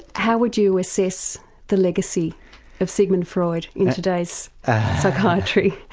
how would you assess the legacy of sigmund freud in today's psychiatry?